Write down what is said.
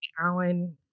Alan